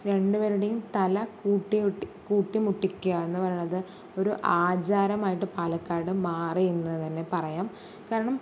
രണ്ട് പേരുടെയും തല കൂട്ടി കൂട്ടി മുട്ടിക്കുക എന്നു പറയണത് ഒരു ആചാരമായിട്ട് പാലക്കാട് മാറി എന്നു തന്നെ പറയാം കാരണം